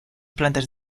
plantas